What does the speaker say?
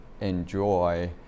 enjoy